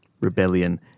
Rebellion